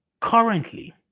currently